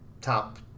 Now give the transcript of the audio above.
top